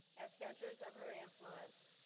as centers of her influence,